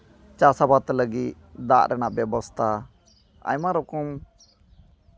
ᱪᱟᱥᱟᱵᱟᱫ ᱞᱟᱹᱜᱤᱫ ᱫᱟᱜ ᱨᱮᱱᱟᱜ ᱵᱮᱵᱚᱥᱛᱟ ᱟᱭᱢᱟ ᱨᱚᱠᱚᱢ